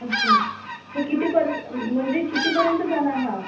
अच्छा तर कितीपर्यंत म्हणजे कितीपर्यंत जाणार हा